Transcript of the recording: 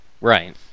Right